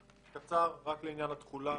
רק לעניין התחולה.